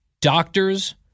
doctors